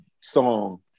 song